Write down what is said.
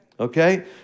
okay